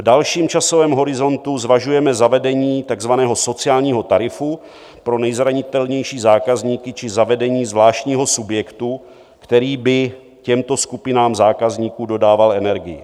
V dalším časovém horizontu zvažujeme zavedení takzvaného sociálního tarifu pro nejzranitelnější zákazníky či zavedení zvláštního subjektu, který by těmto skupinám zákazníků dodával energii.